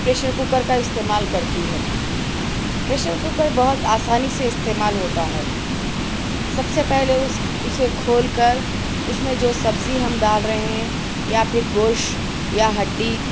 pressure cooker کا استعمال کرتی ہے پریشر کوکر بہت آسانی سے استعمال ہوتا ہے سب سے پہلے اس اسے کھول کر اس میں جو سبزی ہم ڈال رہے ہیں یا پھر گوشت یا ہڈّی